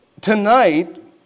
Tonight